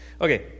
Okay